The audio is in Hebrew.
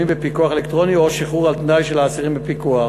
בפיקוח האלקטרוני או שחרור על-תנאי של האסירים בפיקוח,